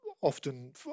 often